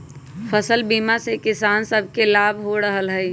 फसल बीमा से किसान सभके लाभ हो रहल हइ